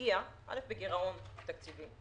הגיעה, אל"ף, בגירעון תקציבי.